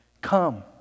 Come